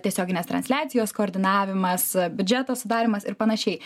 tiesioginės transliacijos koordinavimas biudžeto sudarymas ir panašiai